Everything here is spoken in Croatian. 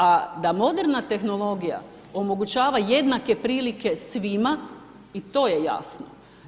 A da moderna tehnologija omogućava jednake prilike svima, i to je jasno.